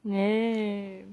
oh